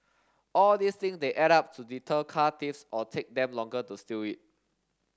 all these thing they add up to deter car thieves or take them longer to steal it